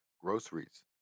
groceries